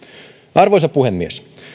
arvoisa puhemies